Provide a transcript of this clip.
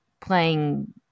playing